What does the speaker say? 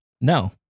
No